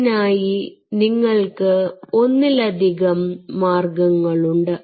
അതിനായി നിങ്ങൾക്ക് ഒന്നിലധികം മാർഗ്ഗങ്ങളുണ്ട്